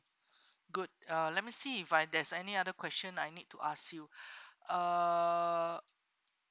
good uh let me see if I there's any other question I need to ask you uh